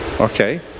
Okay